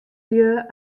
lju